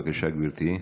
בבקשה, גברתי.